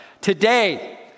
Today